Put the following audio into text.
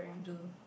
blue